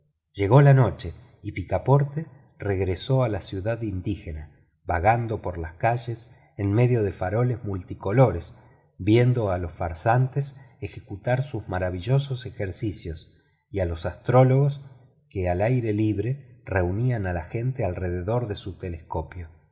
llegó la noche y picaporte regresó a la ciudad indígena vagando por las calles en medio de faroles multicolores viendo a los farsantes ejecutar sus maravillosos ejercicios y a los astrólogos que al aire libre reunían a la gente alrededor de su telescopio